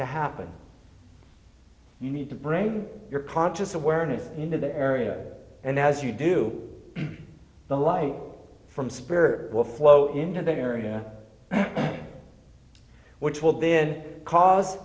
to happen you need to bring your conscious awareness into the area and as you do the light from spirit will flow into the area which will then cause